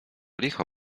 licho